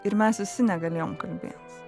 ir mes visi negalėjom kalbėt